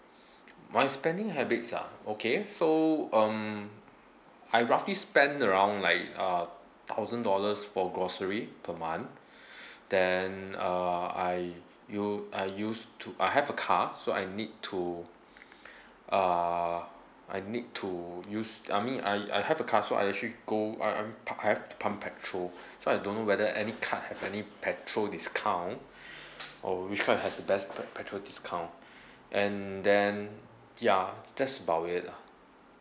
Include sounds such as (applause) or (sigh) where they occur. my spending habits ah okay so um I roughly spend around like uh thousand dollars for grocery per month (breath) then uh I you I used to I have a car so I need to (breath) uh I need to use I mean I I have a car so I actually go uh I'm pu~ I've to pump petrol so I don't know whether any card have any petrol discount (breath) or which card has the best pe~ petrol discount (breath) and then ya that's about it ah